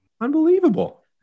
Unbelievable